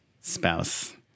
spouse